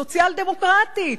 ממש סוציאל-דמוקרטית.